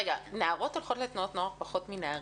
נערות הולכות פחות לתנועת נוער מנערים?